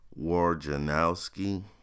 Warjanowski